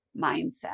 mindset